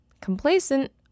complacent